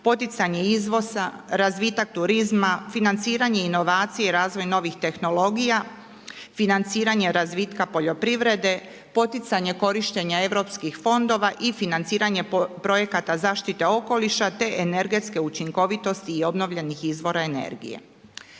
poticanje izvoza, razvitak turizma, financiranje inovacije i razvoj novih tehnologija, financiranje razvitka poljoprivrede, poticanje korištenja europskih fondova i financiranje projekata zaštite okoliša te energetske učinkovitosti i obnovljenih izvora energije.